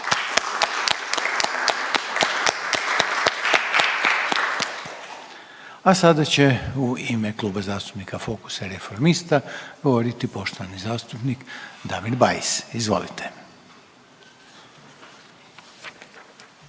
A sada će u ime Kluba zastupnika Fokusa i Reformista govoriti poštovani zastupnik Damir Bajs, izvolite.